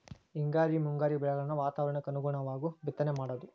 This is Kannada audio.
ಹಿಂಗಾರಿ ಮುಂಗಾರಿ ಬೆಳೆಗಳನ್ನ ವಾತಾವರಣಕ್ಕ ಅನುಗುಣವಾಗು ಬಿತ್ತನೆ ಮಾಡುದು